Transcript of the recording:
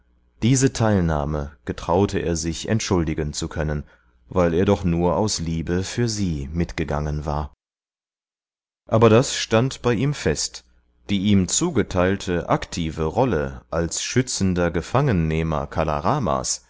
diese teilnahme getraute er sich entschuldigen zu können weil er doch nur aus liebe für sie mitgegangen war aber das stand bei ihm fest die ihm zugeteilte aktive rolle als schützender gefangennehmer